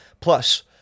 Plus